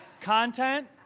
Content